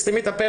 תסתמי את הפה,